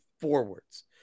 forwards